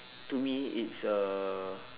to me it's a